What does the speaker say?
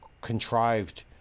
contrived